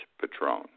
Patron